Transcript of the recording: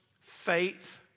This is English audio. faith